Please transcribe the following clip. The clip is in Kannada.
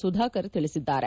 ಸುಧಾಕರ್ ತಿಳಿಸಿದ್ದಾರೆ